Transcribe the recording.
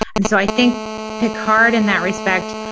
and so i think picard, in that respect,